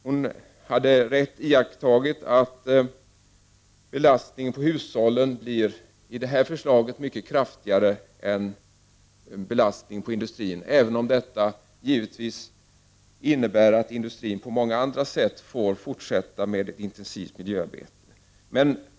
Hon hade korrekt iakttagit att belastningen på hushåll i det här förslaget blir mycket kraftigare än belastningen på industrin, även om detta givetvis innebär att industrin på många andra sätt får fortsätta med intensivt miljöarbete.